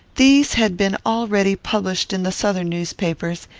these had been already published in the southern newspapers,